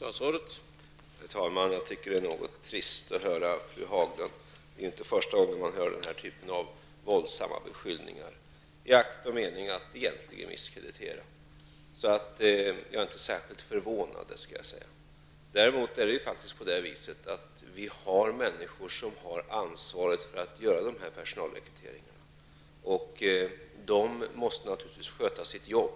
Herr talman! Jag tycker att det är något trist att höra fru Haglund. Det är inte första gången man hör den här typen av våldsamma beskyllningar, egentligen i akt och mening att misskreditera. Jag är inte särskilt förvånad. Däremot är det faktiskt så, att vi har människor som har ansvaret för de här personalrekryteringarna. De måste naturligtvis sköta sitt arbete.